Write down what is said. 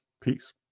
Peace